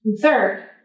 third